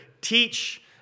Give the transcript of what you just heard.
teach